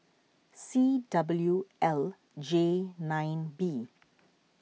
C W L J nine B